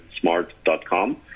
smart.com